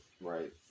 right